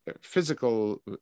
physical